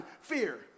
fear